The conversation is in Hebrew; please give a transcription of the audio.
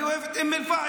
אני אוהב את אום אל-פחם,